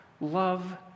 love